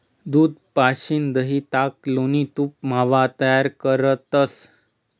दूध पाशीन दही, ताक, लोणी, तूप, मावा तयार करतंस